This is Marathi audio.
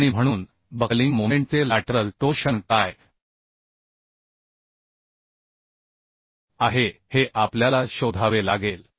आणि म्हणून बकलिंग मोमेंटचे लॅटरल टोर्शन काय आहे हे आपल्याला शोधावे लागेल